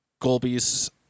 Golby's